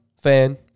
fan